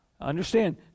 Understand